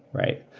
right?